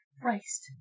Christ